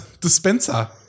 dispenser